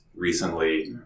Recently